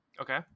Okay